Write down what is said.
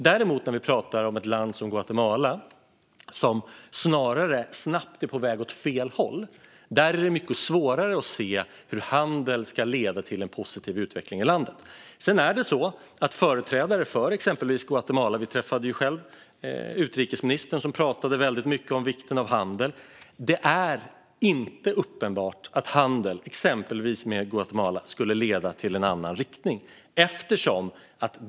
När vi däremot pratar om ett land som Guatemala, som snarare snabbt är på väg åt fel håll, är det mycket svårare att se hur handel ska leda till en positiv utveckling. Vi träffade utrikesministern, som pratade väldigt mycket om vikten av handel. Det är inte uppenbart att handel med exempelvis Guatemala skulle leda till att landet går i en annan riktning.